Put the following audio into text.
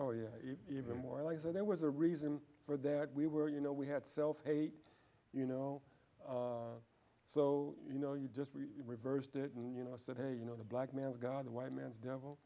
oh yeah even more lies and there was a reason for that we were you know we had self hate you know so you know you just we reversed it and you know i said hey you know the black man is god the white man's devil